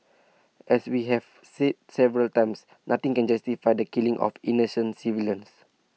as we have said several times nothing can justify the killing of innocent civilians